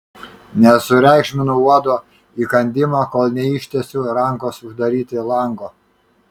nesureikšminu uodo įkandimo kol neištiesiu rankos uždaryti lango